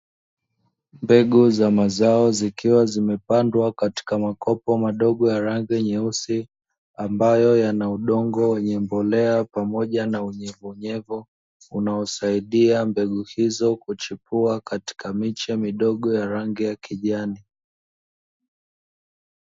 Mbegu za mazao zikiwa zimepandwa katika makopo madogo ya rangi nyeusi, amabayo yana udongo wenye mbolea pamoja na unyevuunyevu unaosaidia mbegu hizo kuchipua katika miche midogo ya rangi ya kijani.